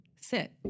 sit